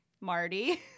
Marty